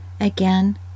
Again